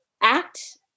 act